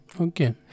okay